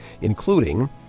including